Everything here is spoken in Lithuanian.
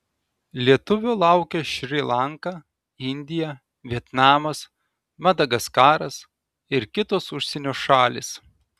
lietuvio laukia šri lanka indija vietnamas madagaskaras ir kitos užsienio šalys